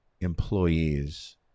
employees